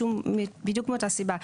בדיוק מאותה סיבה.